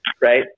right